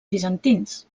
bizantins